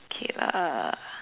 okay err